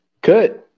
Good